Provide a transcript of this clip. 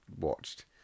watched